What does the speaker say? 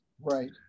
Right